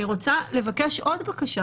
אבל אני רוצה לבקש עוד בקשה,